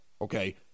Okay